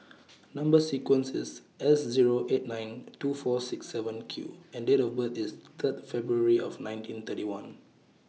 Number sequence IS S Zero eight nine two four six seven Q and Date of birth IS Third February of nineteen thirty one